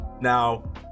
now